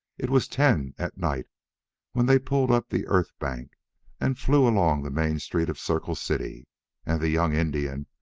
it was ten at night when they pulled up the earth-bank and flew along the main street of circle city and the young indian,